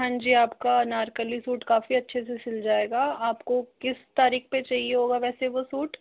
हाँ जी आपका अनारकली सूट काफ़ी अच्छे से सिल जाएगा आपको किस तारीख पर चाहिए होगा वैसे वो सूट